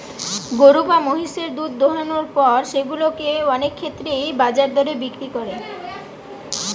গরু বা মহিষের দুধ দোহানোর পর সেগুলা কে অনেক ক্ষেত্রেই বাজার দরে বিক্রি করে